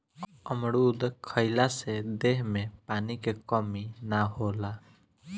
अमरुद खइला से देह में पानी के कमी ना होला